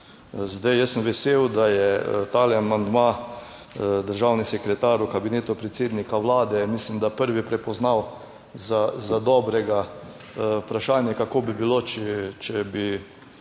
Zdaj jaz sem vesel, da je ta amandma državni sekretar v Kabinetu predsednika Vlade, mislim, da prvi prepoznal za dobrega. Vprašanje, kako bi bilo, če bi